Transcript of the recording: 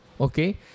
okay